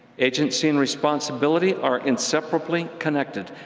agency and responsibility are inseparably connected.